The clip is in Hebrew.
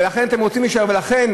ולכן,